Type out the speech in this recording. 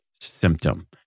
symptom